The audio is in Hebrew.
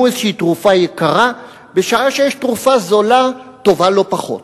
איזו תרופה יקרה בשעה שיש תרופה זולה טובה לא פחות.